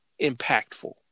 impactful